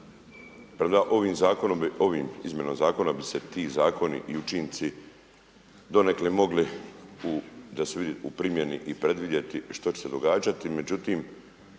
jel ovim izmjenama zakona bi se ti zakoni i učinci donekle mogli u primjeni predvidjeti što će se događati,